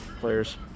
players